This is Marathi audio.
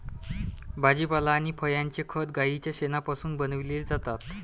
भाजीपाला आणि फळांचे खत गाईच्या शेणापासून बनविलेले जातात